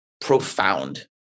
profound